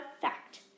fact